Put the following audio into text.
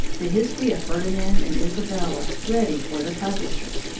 the history of ferdinand and isabella, ready for the publisher.